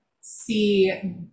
see